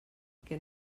que